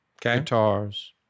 guitars